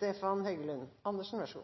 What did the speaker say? vi er